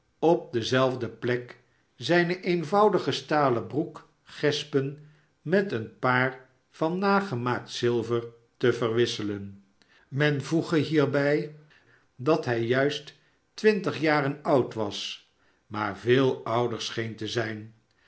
op dezelfde plek zijne eenvoudige stalen broekgespen met een paar van nagemaakt zilver te verwisselen men voege hierbij dat hij juist twintig jaren oud was maar veel ouder scheen te zijn